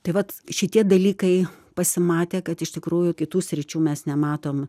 tai vat šitie dalykai pasimatė kad iš tikrųjų kitų sričių mes nematom